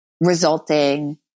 resulting